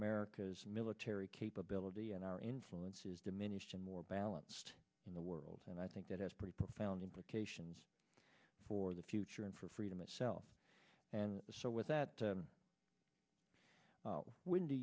america's military capability and our influence is diminished and more balanced in the world and i think that has pretty profound implications for the future and for freedom itself and so with that when do